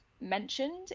mentioned